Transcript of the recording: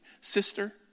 sister